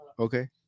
Okay